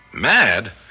Mad